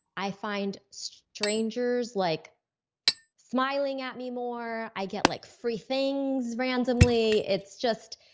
i find strangers like smiling at me more. i get like free things randomly. it's just,